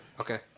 Okay